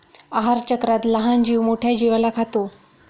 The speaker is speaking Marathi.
आहारचक्रात लहान जीव मोठ्या जीवाला खातो